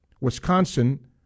Wisconsin